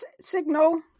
signal